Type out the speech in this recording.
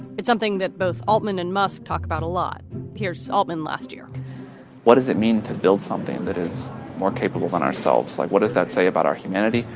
it's something that both altmann and musk talk about a lot here, saltman last year what does it mean to build something that is more capable than ourselves? like, what does that say about our humanity?